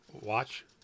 watch